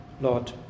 Lord